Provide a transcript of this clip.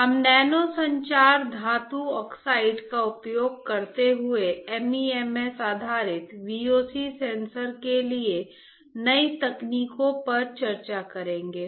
हम नैनो संरचना धातु ऑक्साइड का उपयोग करते हुए MEMS आधारित VOC सेंसर के लिए नई तकनीकों पर चर्चा करेंगे